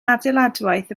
adeiladwaith